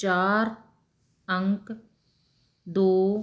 ਚਾਰ ਅੰਕ ਦੋ